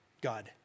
God